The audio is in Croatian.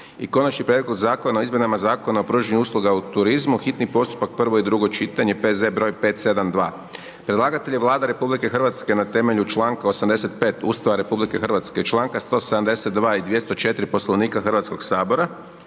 i Konačni prijedlog Zakona o izmjenama Zakona o pružanju usluga u turizmu, hitni postupak, prvo i drugo čitanje, P.Z. broj 572. Predlagatelj je Vlada Republike Hrvatske na temelju članka 85. Ustava Republike Hrvatske i članka 172. i 204. Poslovnika Hrvatskog sabora.